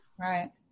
Right